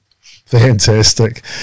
Fantastic